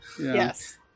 Yes